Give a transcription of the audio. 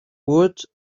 wood